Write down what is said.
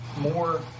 More